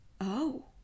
Oh